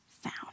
found